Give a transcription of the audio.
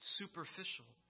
superficial